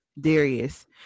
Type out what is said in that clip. Darius